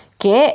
che